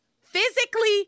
physically